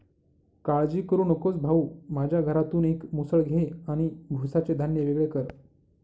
काळजी करू नकोस भाऊ, माझ्या घरातून एक मुसळ घे आणि भुसाचे धान्य वेगळे कर